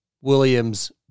Williams